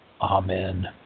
Amen